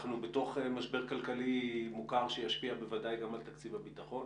ואנחנו בתוך משבר כלכלי מוכר שישפיע בוודאי גם על תקציב הביטחון